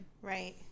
Right